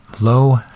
low